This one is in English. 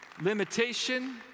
limitation